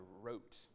wrote